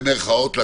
במירכאות,